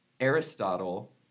Aristotle